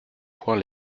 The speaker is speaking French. point